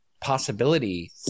possibility